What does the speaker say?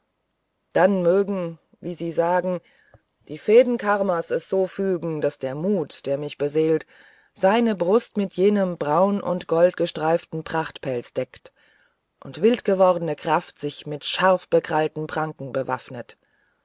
dann mögen wie sie ja sagen die fäden karmas es so fügen daß der mut der mich beseelt seine brust mit jenem braun und golden gestreiften prachtpelz deckt und wildgewordene kraft sich mit scharfbekrallten pranken waffnet